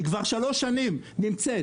היא כבר שלוש שנים נמצאת,